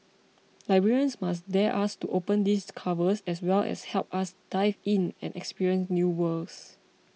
librarians must dare us to open these covers as well as help us dive in and experience new worlds